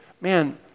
man